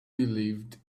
believed